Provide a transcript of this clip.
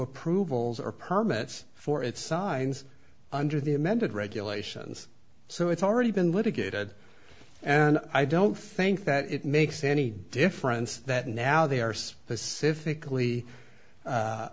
approvals or permits for its signs under the amended regulations so it's already been litigated and i don't think that it makes any difference that now they are specifically